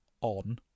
on